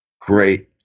great